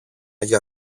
για